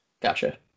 Gotcha